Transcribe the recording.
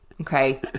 okay